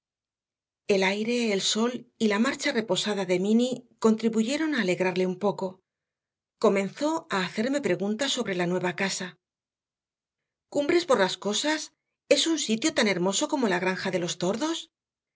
el aire el sol y la marcha reposada de m inny contribuyeron a alegrarle un poco comenzó a hacerme preguntas sobre la nueva casa cumbres borrascosas es un sitio tan hermoso como la granja de los tordos